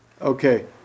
okay